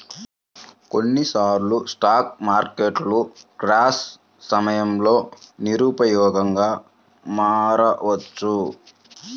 కొన్నిసార్లు స్టాక్ మార్కెట్లు క్రాష్ సమయంలో నిరుపయోగంగా మారవచ్చు